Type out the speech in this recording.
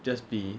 just be